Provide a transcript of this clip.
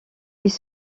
ils